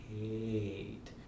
hate